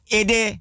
ede